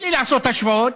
בלי לעשות השוואות,